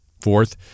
Fourth